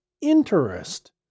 interest